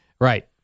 Right